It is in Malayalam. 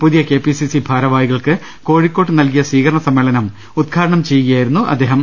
പുതിയ കെപിസിസി ഭാരവാഹികൾക്ക് കോഴിക്കോട്ട് നൽകിയ സ്വീകരണ സമ്മേളനം ഉദ്ഘാടനം ചെയ്യുകയായിരുന്നു അദ്ദേഹം